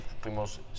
Fuimos